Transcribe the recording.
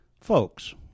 Folks